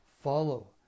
follow